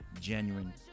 genuine